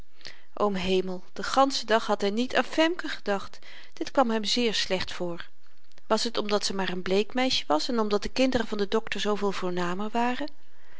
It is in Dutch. o hemel den ganschen dag had hy niet aan femke gedacht dit kwam hem zeer slecht voor was t omdat ze maar n bleekmeisje was en omdat de kinderen van den dokter zooveel voornamer waren